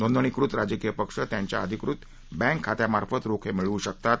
नोंदणीकृत राजकीय पक्ष त्यांच्या अधिकृत बँक खात्यामार्फत रोखे मिळवू शकतात